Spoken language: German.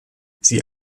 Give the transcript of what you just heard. sie